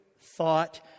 thought